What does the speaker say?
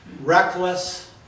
reckless